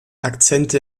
akzente